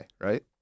right